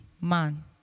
man